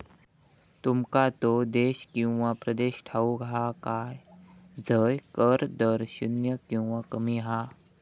तुमका तो देश किंवा प्रदेश ठाऊक हा काय झय कर दर शून्य किंवा कमी हा?